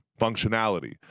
functionality